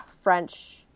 French